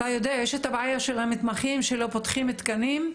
אתה יודע יש את הבעיה של המתמחים שלא פותחים תקנים,